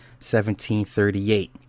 1738